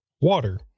water